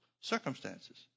Circumstances